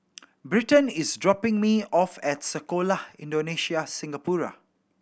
Britton is dropping me off at Sekolah Indonesia Singapura